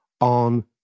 on